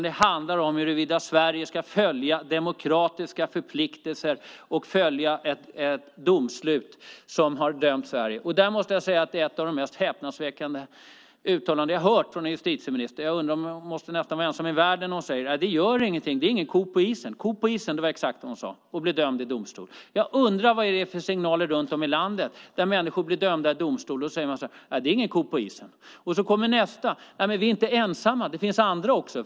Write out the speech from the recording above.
Det handlar om huruvida Sverige ska följa demokratiska förpliktelser och ett domslut. Jag måste säga att det är ett av de mest häpnadsväckande uttalanden jag har hört från en justitieminister, och hon måste nästan vara ensam i världen om att säga: Det är ingen ko på isen att bli dömd i domstol. Det var exakt vad hon sade. Jag undrar vad det ger för signaler runt om i landet när människor blir dömda i domstol när man säger: Det är ingen ko på isen. Sedan kommer nästa: Men vi är inte ensamma, det finns andra också.